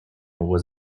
was